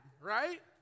right